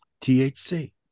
thc